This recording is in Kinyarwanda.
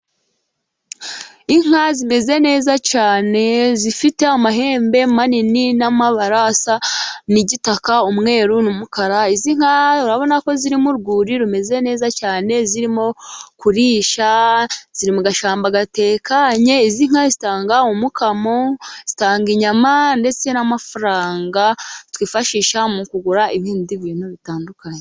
Inka zimeze neza cyane, zifite amahembe manini n'amabara asa n'igitaka, umweru, n'umukara. Izi nka urabona ko ziri mu rwuri rumeze neza cyane, zirimo kurisha ziri mu gashyamba gatekanye, izi nka zitanga umukamo, zitanga inyama, ndetse n'amafaranga twifashisha mu kugura ibindi bintu bitandukanye.